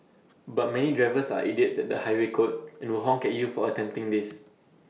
but many drivers are idiots at the highway code and will honk at you for attempting this